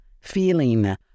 feeling